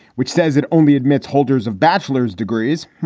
which says it only admits holders of bachelors degrees.